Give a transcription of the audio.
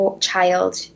child